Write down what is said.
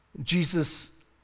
Jesus